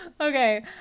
Okay